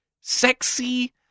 sexy